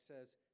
says